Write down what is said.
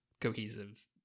cohesive